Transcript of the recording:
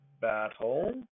battle